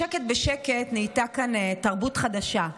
בשקט בשקט נהייתה כאן תרבות חדשה.